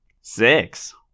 Six